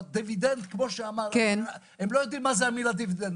דיווידנד זו מילה שאנחנו לא מכירים,